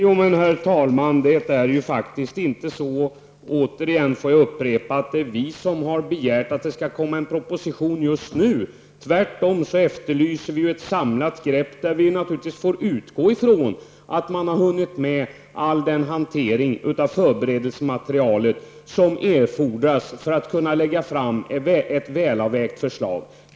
Herr talman! Jag får återigen upprepa att det faktiskt inte är vi som har begärt att en proposition skall komma just nu. Tvärtom efterlyser vi ett samlat grepp. Vi får naturligtvis utgå ifrån att man har hunnit med all den hantering av förberedelsematerialet som erfordras för att man skall kunna lägga fram ett välavvägt förslag.